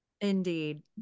indeed